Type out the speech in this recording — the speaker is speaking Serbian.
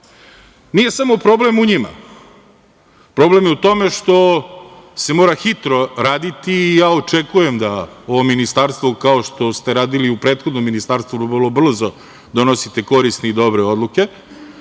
selo. Nije samo problem u njima. Problem je u tome što se mora hitro raditi. Očekujem da ovo ministarstvo, kao što ste radili u prethodnom ministarstvu vrlo brzo donosite korisne i dobre odluke,